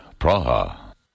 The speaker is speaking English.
Praha